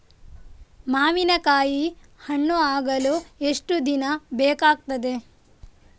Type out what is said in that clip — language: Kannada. ಮಾವಿನಕಾಯಿ ಹಣ್ಣು ಆಗಲು ಎಷ್ಟು ದಿನ ಬೇಕಗ್ತಾದೆ?